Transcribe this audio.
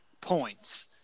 points